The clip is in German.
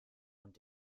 und